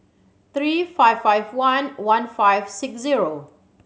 three five five one one five six zero